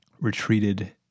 retreated